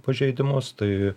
pažeidimus tai